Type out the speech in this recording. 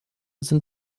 sind